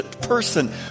person